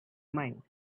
mind